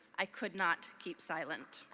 i could not keep silent.